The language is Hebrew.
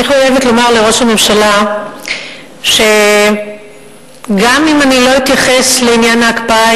אני חייבת לומר לראש הממשלה שגם אם אני לא אתייחס לעניין ההקפאה,